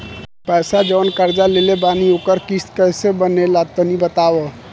पैसा जऊन कर्जा लेले बानी ओकर किश्त कइसे बनेला तनी बताव?